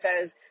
says